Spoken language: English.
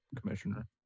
commissioner